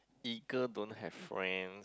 eagle don't have friends